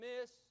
miss